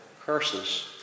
curses